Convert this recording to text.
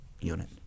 unit